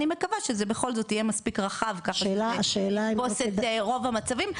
אני מקווה שזה בכל זאת יהיה מספיק רחב ככה זה יתפוס את רוב המצבים.